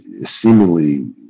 seemingly